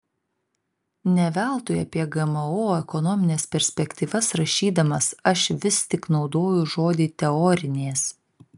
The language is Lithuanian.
ne veltui apie gmo ekonomines perspektyvas rašydamas aš vis tik naudoju žodį teorinės